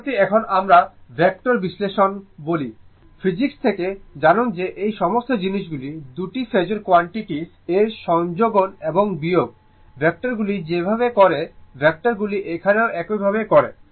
পরবর্তী এখন আমরা যাকে ভেক্টর বিশ্লেষণ বলি দেখুন সময় 1929 ফিজিক্স থেকে জানুন যে এই সমস্ত জিনিসগুলি 2টি ফেজোর কোয়ান্টিটিএস এর সংযোজন এবং বিয়োগ ভেক্টরগুলি যেভাবে করে ভেক্টরগুলি এখানেও একইভাবে করে